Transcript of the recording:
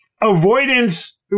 Avoidance